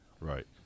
Right